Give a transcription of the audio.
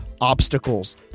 obstacles